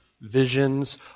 visions